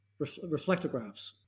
reflectographs